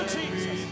Jesus